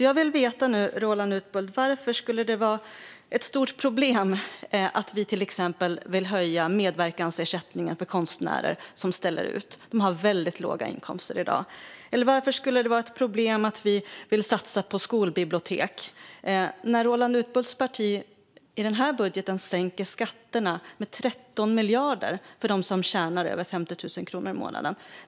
Jag vill därför fråga Roland Utbult varför det skulle vara ett stort problem att vi till exempel vill höja medverkansersättningen för konstnärer som ställer ut. De har väldigt låga inkomster i dag. Och varför skulle det vara ett problem att vi vill satsa på skolbibliotek, när Roland Utbults parti i denna budget sänker skatterna med 13 miljarder kronor för dem som tjänar över 50 000 kronor i månaden?